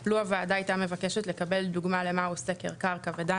לו הוועדה הייתה מבקשת לקבל דוגמה למה הוא סקר קרקע ודנה